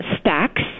Stacks